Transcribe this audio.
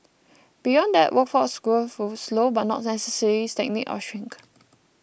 beyond that workforce growth would slow but not necessarily stagnate or shrink